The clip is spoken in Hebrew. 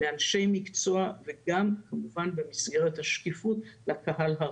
לאנשי המקצועות ולקהל הרחב במסגרת השקיפות.